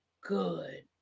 good